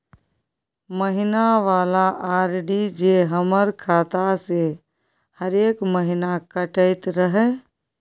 महीना वाला आर.डी जे हमर खाता से हरेक महीना कटैत रहे?